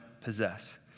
possess